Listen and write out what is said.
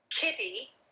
kitty